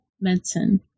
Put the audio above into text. medicine